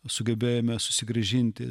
sugebėjome susigrąžinti